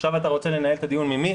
עכשיו אתה רוצה לנהל את הדיון ממי,